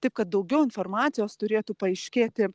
taip kad daugiau informacijos turėtų paaiškėti